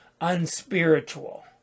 unspiritual